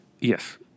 Yes